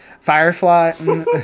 Firefly